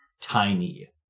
tiny